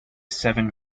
seven